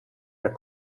are